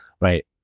right